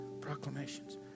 proclamations